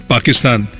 Pakistan